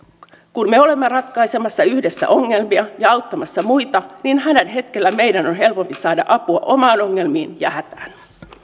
kun me olemme ratkaisemassa yhdessä ongelmia ja auttamassa muita niin hädän hetkellä meidän on helpompi saada apua omiin ongelmiin ja hätään